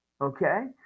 Okay